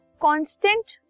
constant